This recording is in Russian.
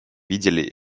видели